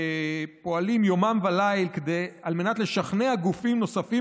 פועלים יום וליל על מנת לשכנע גופים נוספים